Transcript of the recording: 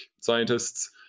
scientists